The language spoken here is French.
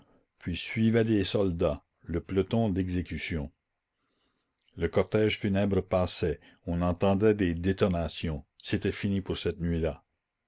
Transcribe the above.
puis suivaient des soldats le peloton d'exécution le cortège funèbre passait on entendait des détonations c'était fini pour cette nuit-là